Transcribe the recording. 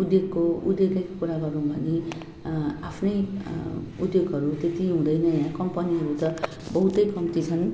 उद्योगको उद्योगिक कुरा गर्नु भने आफ्नै उद्योगहरू त्यति हुँदैन यहाँ कम्पनीहरू त बहुतै कम्ती छन्